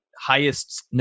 highest